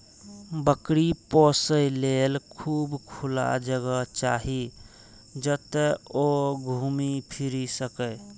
बकरी पोसय लेल खूब खुला जगह चाही, जतय ओ घूमि फीरि सकय